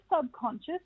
subconscious